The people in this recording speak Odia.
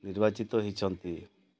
ନିର୍ବାଚିତ ହେଇଛନ୍ତି